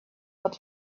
but